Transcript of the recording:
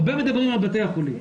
הרבה מדברים על בתי החולים.